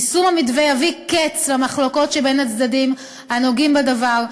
יישום המתווה יביא קץ למחלוקות שבין הצדדים הנוגעים בדבר,